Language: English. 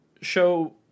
show